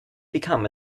become